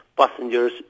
passengers